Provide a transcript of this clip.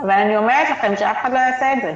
אני אומרת לכם שאף אחד לא יעשה את זה.